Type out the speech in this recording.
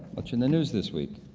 much in the news this week.